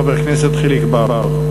חבר הכנסת חיליק בר.